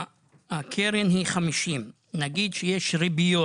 הקרן היא 50. נגיד שיש ריביות